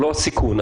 --- לא, לא הסיכון.